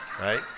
right